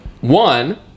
one